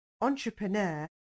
entrepreneur